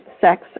sex